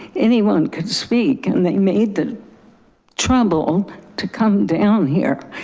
anyone could speak and they made the trouble to come down here.